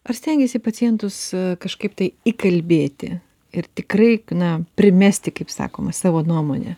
ar stengiesi pacientus kažkaip tai įkalbėti ir tikrai na primesti kaip sakoma savo nuomonę